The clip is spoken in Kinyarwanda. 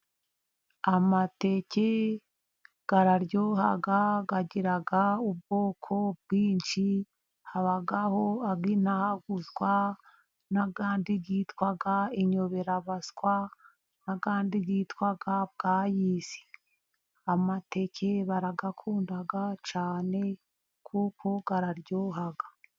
Amateke araryoha agira ubwoko bwinshi. Habaho ay'intaguzwa, n'andi yitwa inyoberabaswa, n'andi yitwa bwayisi. Amateke barayakunda cyane kuko aryoha.